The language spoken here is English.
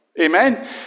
Amen